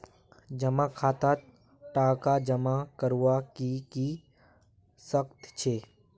जमा खातात टका जमा करवार की की शर्त छे?